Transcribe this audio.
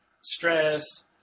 stress